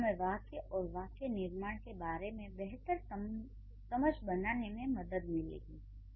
इससे हमें वाक्य और वाक्य निर्माण के बारे में बेहतर समझ बनाने में मदद मिलेगी